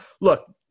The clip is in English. look